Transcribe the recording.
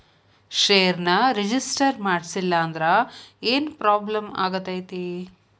ಷೇರ್ನ ರಿಜಿಸ್ಟರ್ ಮಾಡ್ಸಿಲ್ಲಂದ್ರ ಏನ್ ಪ್ರಾಬ್ಲಮ್ ಆಗತೈತಿ